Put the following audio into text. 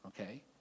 okay